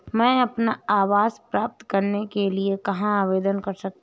मैं अपना आवास प्राप्त करने के लिए कहाँ आवेदन कर सकता हूँ?